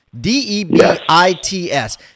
d-e-b-i-t-s